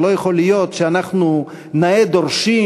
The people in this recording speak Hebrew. שלא יכול להיות שאנחנו נאה דורשים,